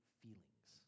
feelings